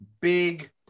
Big